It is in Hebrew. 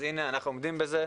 אז הנה, אנחנו עומדים בזה.